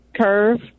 curve